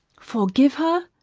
forgive her!